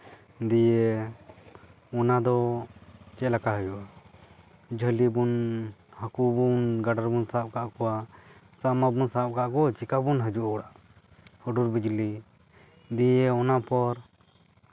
ᱫᱤᱭᱮ ᱚᱱᱟ ᱫᱚ ᱪᱮᱫ ᱞᱮᱠᱟ ᱦᱩᱭᱩᱜᱼᱟ ᱡᱷᱟᱹᱞᱤ ᱵᱚᱱ ᱦᱟᱹᱠᱩ ᱵᱚᱱ ᱜᱟᱰᱟ ᱨᱮᱵᱚᱱ ᱥᱟᱵ ᱠᱟᱜ ᱠᱚᱣᱟ ᱥᱟᱵ ᱢᱟᱵᱚᱱ ᱥᱟᱵ ᱠᱟᱜ ᱠᱚ ᱪᱤᱠᱟ ᱵᱚᱱ ᱦᱤᱡᱩᱜᱼᱟ ᱚᱲᱟᱜ ᱦᱩᱰᱩᱨ ᱵᱤᱡᱽᱞᱤ ᱫᱤᱭᱮ ᱚᱱᱟ ᱯᱚᱨ